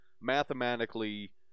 mathematically